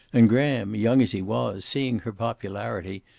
and graham, young as he was, seeing her popularity,